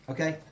Okay